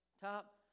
top